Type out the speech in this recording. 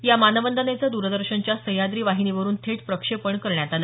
या मानवंदनेचं द्रदर्शनच्या सह्याद्री वाहिनीवरून थेट प्रक्षेपण करण्यात आलं